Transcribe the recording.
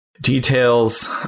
details